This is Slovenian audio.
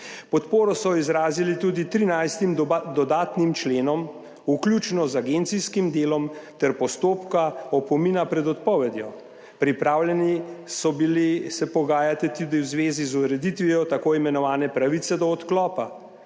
podporo izrazili tudi 13 dodatnim členom, vključno z agencijskim delom ter postopkom opomina pred odpovedjo. Pripravljeni so se bili pogajati tudi v zvezi z ureditvijo tako imenovane pravice do odklopa.